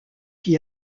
qui